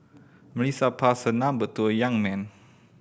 Melissa passed her number to the young man